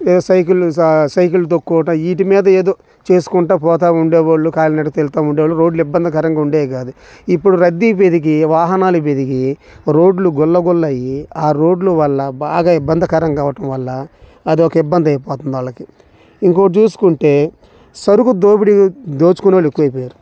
ఏ cycle cycle తొక్కుకోవటం వీటి మీద ఏదో చేసుకుంటూ పోతూ ఉండేవాళ్ళు కాలినడక వెళతూ ఉండే వాళ్ళు రోడ్లు ఇబ్బందికరంగా ఉండేవి కాదు ఇప్పుడు రద్దీ పెరిగి వాహనాలు పెరిగి రోడ్లు గులుగులయ్యి ఆ రోడ్లు వల్ల బాగా ఇబ్బందికరంగా అవ్వటం వల్ల అదొక ఇబ్బంది అయిపోతుంది వాళ్ళకి ఇంకొకటి చూసుకుంటే సరుకు దోపిడి దోచుకునే వాళ్ళు ఎక్కువ అయిపోయారు